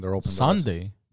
Sunday